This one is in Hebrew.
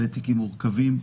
אלה תיקים מורכבים.